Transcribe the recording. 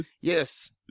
Yes